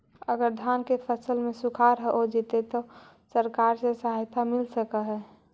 अगर धान के फ़सल में सुखाड़ होजितै त सरकार से सहायता मिल सके हे?